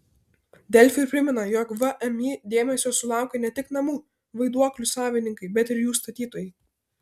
delfi primena jog vmi dėmesio sulaukė ne tik namų vaiduoklių savininkai bet ir jų statytojai